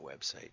website